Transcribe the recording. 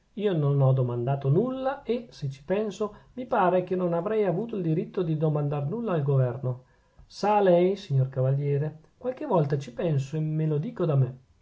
io non ho domandato nulla e se ci penso mi pare che non avrei avuto il diritto di domandar nulla al governo sa lei signor cavaliere qualche volta ci penso e me lo dico da me